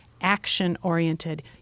action-oriented